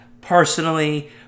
Personally